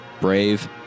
brave